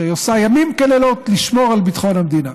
שעושה ימים כלילות לשמור על ביטחון המדינה.